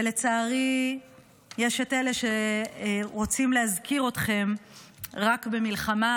ולצערי יש את אלה שרוצים להזכיר אתכם רק במלחמה,